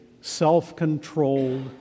self-controlled